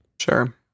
Sure